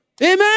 Amen